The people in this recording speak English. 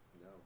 No